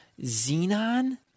Xenon